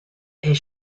est